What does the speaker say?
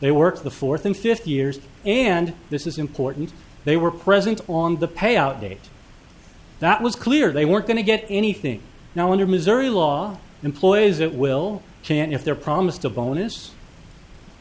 they work the fourth and fifth years and this is important they were present on the payout date that was clear they weren't going to get anything now under missouri law employees that will chant if they're promised a bonus